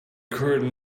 current